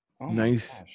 Nice